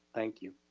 thank you.